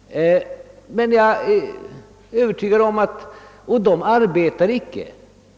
Kulturrådet arbetar «emellertid icke